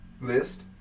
list